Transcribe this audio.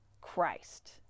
Christ